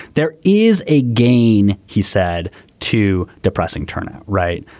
there is a gain he said to depressing turnout. right.